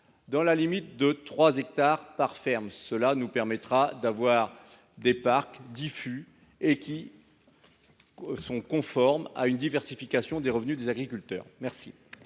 dans la limite de 3 hectares par ferme. Cela nous permettra d’avoir des parcs diffus et conformes à une logique de diversification des revenus des agriculteurs. Quel